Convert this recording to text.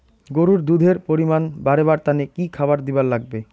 গরুর দুধ এর পরিমাণ বারেবার তানে কি খাবার দিবার লাগবে?